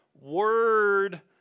word